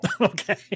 Okay